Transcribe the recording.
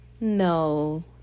no